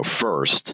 first